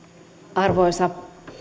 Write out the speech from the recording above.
arvoisa